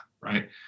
right